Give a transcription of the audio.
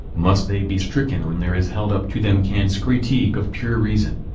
must they be stricken when there is held up to them kant's critique of pure reason.